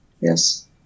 Yes